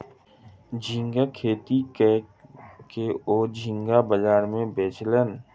झींगा खेती कय के ओ झींगा बाजार में बेचलैन